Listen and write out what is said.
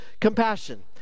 compassion